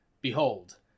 Behold